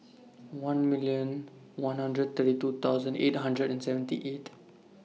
one million one hundred thirty two thousand eight hundred and seventy eight